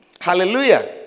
Hallelujah